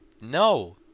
No